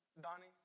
Donnie